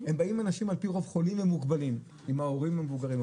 הם באים אנשים על פי רוב חולים ומוגבלים עם ההורים המבוגרים,